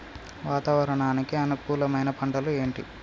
వాతావరణానికి అనుకూలమైన పంటలు ఏంటి?